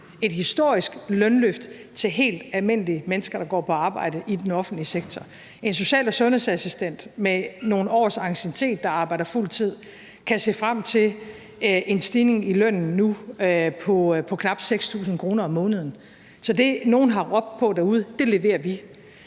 et historisk lønløft til helt almindelige mennesker, der går på arbejde i den offentlige sektor. En social- og sundhedsassistent med nogle års anciennitet, der arbejder på fuld tid, kan se frem til en stigning i lønnen nu på knap 6.000 kr. om måneden. Så det, nogle har råbt på derude, leverer vi.